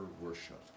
worship